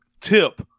tip